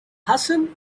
hassan